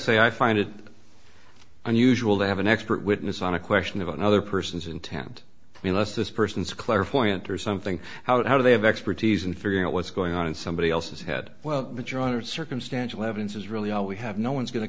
say i find it unusual to have an expert witness on a question of another person's intent the less this person is clairvoyant or something how do they have expertise in figuring out what's going on in somebody else's head well the jointer circumstantial evidence is really all we have no one's going to